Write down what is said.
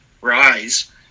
rise